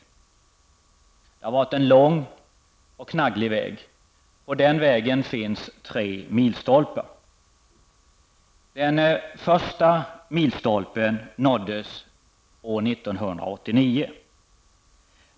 Det har varit en lång och knagglig väg, och på den vägen finns tre milstolpar. Den första milstolpen nåddes år 1989.